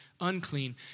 unclean